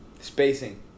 spacing